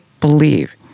believe